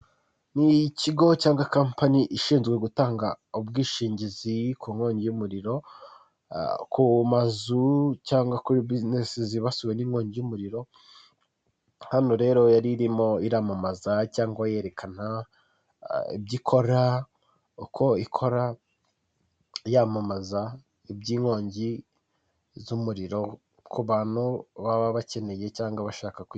Ni ikigo cya kampani ishinzwe gutanga ubwishingizi ku nkongi y'umuriro, ku mazu cyangwa kuri bizinesi zibasiwe n'inkongi y'umuriro, hano rero yari irimo iramamaza cyangwa yerekana ibyo ikora, uko ikora, yamamaza iby'inkongi z'umuriro, ku bantu baba bakeneye cyangwa bashaka kwi